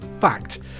fact